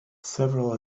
several